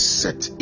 set